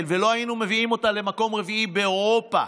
ולא היינו מביאים אותה למקום רביעי באירופה